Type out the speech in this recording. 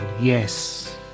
yes